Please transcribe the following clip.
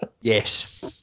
Yes